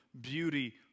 beauty